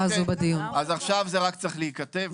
עכשיו זה רק צריך להיכתב.